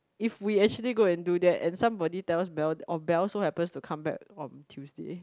if we actually go and do that and somebody tells Bel or Bel so happens to come back on Tuesday